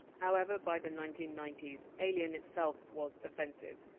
however, by the nineteen ninety s, alien itself was offensive,